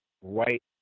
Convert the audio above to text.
white